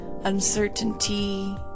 uncertainty